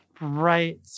Right